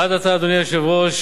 עד עתה, אדוני היושב-ראש,